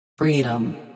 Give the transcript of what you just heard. Freedom